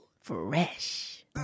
Fresh